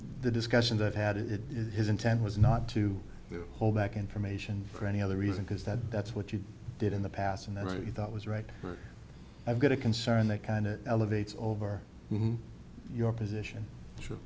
the discussions i've had it is his intent was not to hold back information for any other reason because that that's what you did in the past and the way you thought was right for i've got a concern that kind of elevates over your position